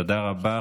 תודה רבה.